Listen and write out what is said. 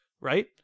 right